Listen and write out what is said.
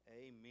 Amen